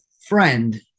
friend